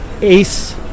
Ace